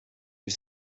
use